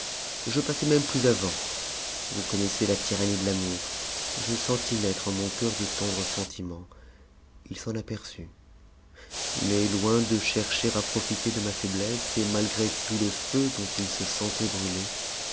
je passai même plus avant vous connaissez la tyrannie de l'amour je sentis nattre en mon coeur de tendres sentiments il s en aperçut mais loin de chercher à probter de ma faiblesse et ma g tout le feu dont il se sentait brûler